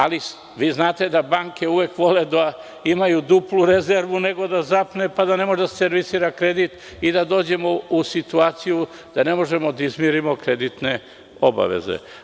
Ali, vi znate da banke uvek vole da imaju duplu rezervu, nego da zapne, pa da ne može da servisira kredit i da dođemo u situaciju da ne možemo da izmirimo kreditne obaveze.